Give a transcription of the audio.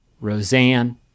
Roseanne